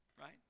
right